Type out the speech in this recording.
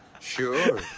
Sure